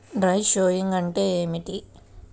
Dry sowing అంటే ఏమిటి?